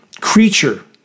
creature